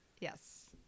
Yes